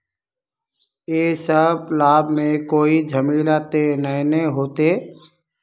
इ सब लाभ में कोई झमेला ते नय ने होते?